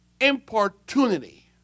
importunity